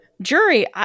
Jury